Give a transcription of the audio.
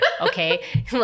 okay